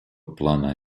плана